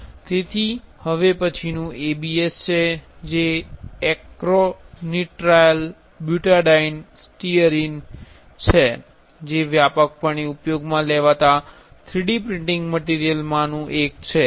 તેથી હવે પછીનું ABS છે જે એક્રેલોનિટ્રાયલ બ્યુટાડીઅન સ્ટીઅરિન છે જે વ્યાપકપણે ઉપયોગમાં લેવાતા 3D પ્રિન્ટિંગ મટિરિયલ્સમાંનુ એક છે